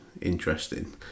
interesting